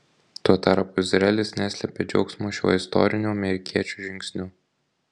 tuo tarpu izraelis neslėpė džiaugsmo šiuo istoriniu amerikiečių žingsniu